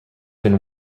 been